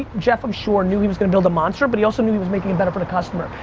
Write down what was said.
jeff, i'm sure, knew he was gonna build a monster but he also knew he was making it better but customer.